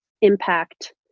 impact